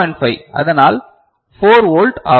5 அதனால் 4 வோல்ட் ஆகும்